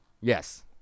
Yes